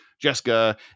Jessica